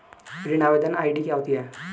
ऋण आवेदन आई.डी क्या होती है?